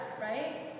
Right